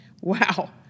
Wow